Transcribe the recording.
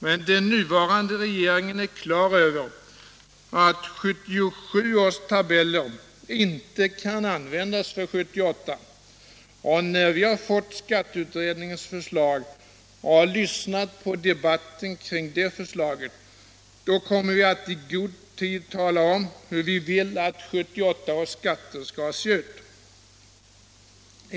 Men den nuvarande regeringen är klar över att 1977 års tabeller inte kan användas för 1978, och när vi fått skatteutredningens förslag och lyssnat på debatten kring det förslaget, kommer vi att i god tid tala om hur vi vill att 1978 års skatter skall se ut.